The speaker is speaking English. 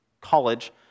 college